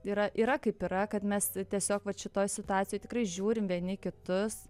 yra yra kaip yra kad mes tiesiog vat šitoj situacijoj tikrai žiūrim vieni į kitus